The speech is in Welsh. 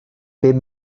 bum